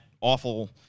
awful